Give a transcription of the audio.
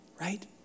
right